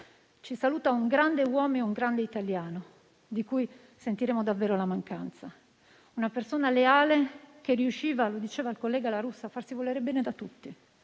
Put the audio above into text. Ci saluta un grande uomo e un grande italiano, di cui sentiremo davvero la mancanza, una persona leale che riusciva - lo diceva il collega La Russa - a farsi volere bene da tutti,